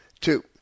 two